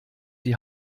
die